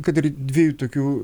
kad ir dviejų tokių